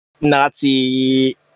Nazi